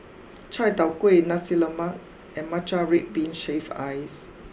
Chai tow Kuay Nasi Lemak and Matcha Red Bean Shaved Ice